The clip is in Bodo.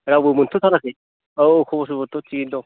रावबो मोनथ'थाराखै औ खबर सबरथ' थिगैनो दं